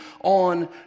on